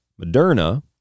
Moderna